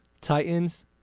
Titans